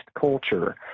culture